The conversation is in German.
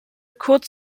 kurz